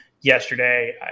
yesterday